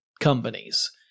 companies